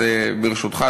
אז ברשותך,